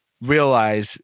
realize